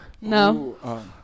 No